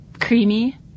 creamy